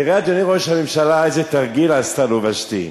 אדוני ראש הממשלה, איזה תרגיל עשתה לו ושתי.